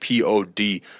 pod